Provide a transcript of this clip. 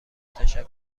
تشکر